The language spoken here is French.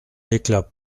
éclat